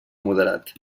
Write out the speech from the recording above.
moderat